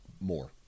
more